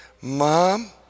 mom